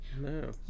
No